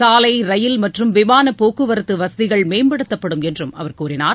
சாலை ரயில் மற்றும் விமான போக்குவரத்து வசதிகள் மேம்படுத்தப்படும் என்றும் அவர் கூறினார்